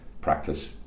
practice